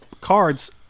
cards